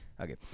Okay